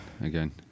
again